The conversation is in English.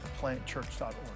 theplantchurch.org